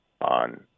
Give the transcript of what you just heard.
on